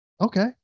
Okay